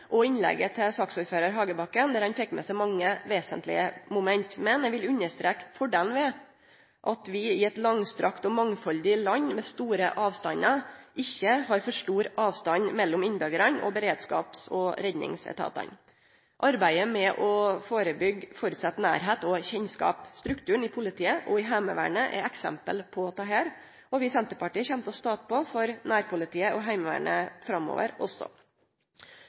og innlegget til saksordførar Hagebakken, der han fekk med mange vesentlege moment. Men eg vil understreke fordelen ved at vi i eit langstrekt og mangfaldig land – med store avstandar – ikkje har for stor avstand mellom innbyggjarane og beredskaps- og redningsetatane. Arbeidet med å førebyggje føreset nærleik og kjennskap. Strukturen i politiet og i Heimevernet er eksempel på dette, og vi i Senterpartiet kjem til å stå på for nærpolitiet og Heimevernet også framover. Til slutt vil eg – som fleire har gjort og også